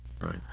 Right